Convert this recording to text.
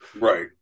right